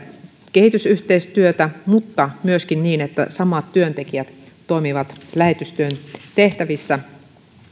kehitysyhteistyötä mutta myöskin niin että samat työntekijät toimivat lähetystyön tehtävissä